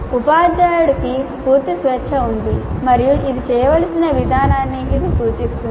ఉపాధ్యాయుడికి పూర్తి స్వేచ్ఛ ఉంది మరియు ఇది చేయవలసిన విధానాన్ని ఇది సూచిస్తుంది